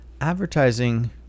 Advertising